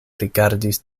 rigardis